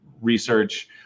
research